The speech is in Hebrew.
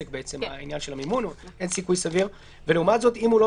עניין המימון פה הוא רק אם הוא עסק.